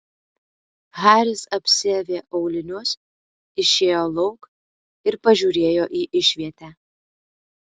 haris apsiavė aulinius išėjo lauk ir pažiūrėjo į išvietę